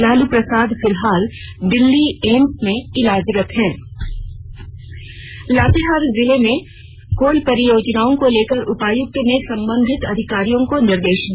लालू प्रसाद फिलहाल दिल्ली एम्स में इलाजरत हैं लातेहार जिला में कोल परियोजनाओं को लेकर उपायुक्त ने संबंधित अधिकारियों को निर्देश दिया